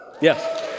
Yes